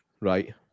Right